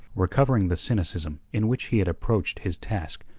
recovering the cynicism in which he had approached his task,